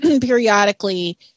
periodically